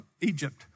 Egypt